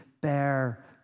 bear